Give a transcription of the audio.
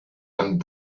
and